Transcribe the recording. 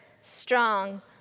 strong